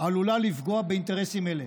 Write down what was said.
עלולה לפגוע באינטרסים אלה.